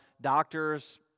doctors